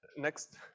Next